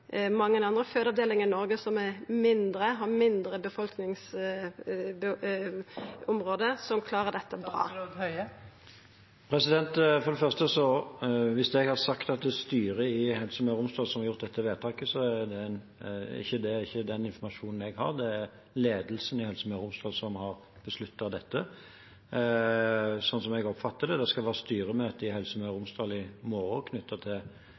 mange andre fødeavdelingar i Noreg som er mindre, som har eit mindre befolkningsområde, som klarar dette bra. For det første: Hvis jeg har sagt at det er styret i Helse Møre og Romsdal som har gjort dette vedtaket, så er ikke det den informasjonen jeg har. Det er ledelsen i Helse Møre og Romsdal som har besluttet dette, slik jeg oppfatter det. Det skal være styremøte i Helse Møre og Romsdal i morgen